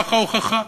ולכך ההוכחה.